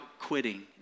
quitting